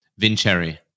VinCherry